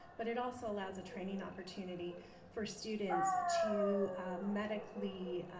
but it also allows a training opportunity for students to medically,